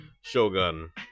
Shogun